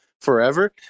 forever